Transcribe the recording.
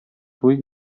туй